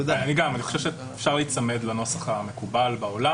אני חושב שאפשר להיצמד לנוסח המקובל בעולם.